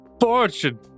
Fortune